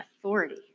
authority